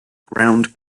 ground